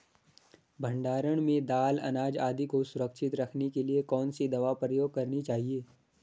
भण्डारण में दाल अनाज आदि को सुरक्षित रखने के लिए कौन सी दवा प्रयोग करनी चाहिए?